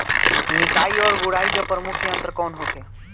निकाई और गुड़ाई के प्रमुख यंत्र कौन होखे?